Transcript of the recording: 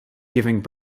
giving